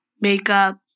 makeup